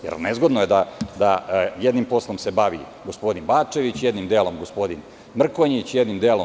Jer, nezgodno je da se jednim poslom bavi gospodin Bačević, jednim delom gospodin Mrkonjić, jednim delom.